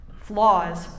flaws